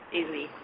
easily